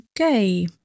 okay